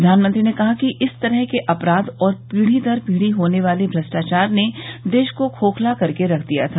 प्रधानमंत्री ने कहा कि इस तरह के अपराध और पीढ़ी दर पीढ़ी होने वाले भ्रष्टाचार ने देश को खोखला करके रख दिया था